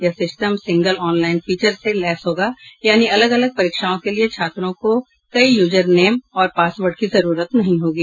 यह system single online feature से लैस होगा यानि अलग अलग परीक्षाओं के लिए छात्रों को कई यूजर नेम और पासवार्ड की जरूरत नहीं होगी